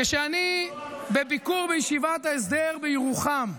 כשאני בביקור בישיבת ההסדר בירוחם,